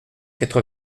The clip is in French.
quatre